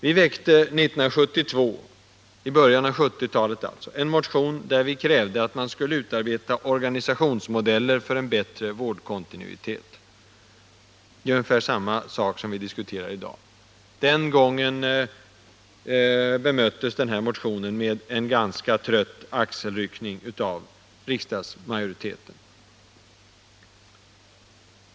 Vi väckte 1972 en motion, där vi krävde att man skulle utarbeta organisationsmodeller för en bättre vårdkontinuitet — ungefär samma sak som vi diskuterar i dag. Den gången bemöttes motionen med en trött axelryckning av riksdagsmajoriteten.